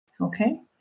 okay